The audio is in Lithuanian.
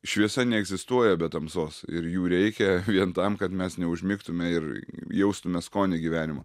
šviesa neegzistuoja be tamsos ir jų reikia vien tam kad mes neužmigtume ir jaustume skonį gyvenimo